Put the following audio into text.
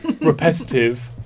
repetitive